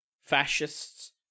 fascists